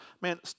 man